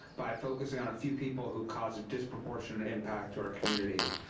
by focusing on a few people who cause a disproportionate impact to our community,